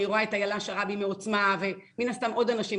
אני רואה את איילה שרבעי מעוצמה ומן הסתם עוד אנשים,